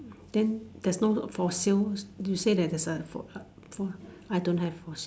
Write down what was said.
then there's no for sales you say that there's a for a for I don't have for